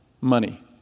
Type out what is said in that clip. money